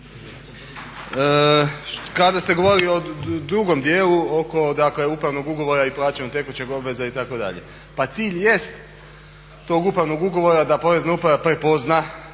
Kada ste govorili o drugom dijelu oko upravnog ugovora i plaćanja tekućih obveza itd. pa cilj jest tog upravnog ugovora da porezna uprava prepozna